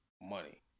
money